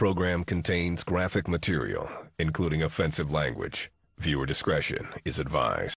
program contains graphic material including offensive language if you were discretion is advised